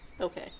Okay